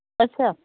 ਅੱਛਾ